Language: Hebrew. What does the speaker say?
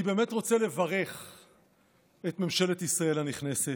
אני באמת רוצה לברך את ממשלת ישראל הנכנסת,